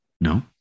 No